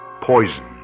poison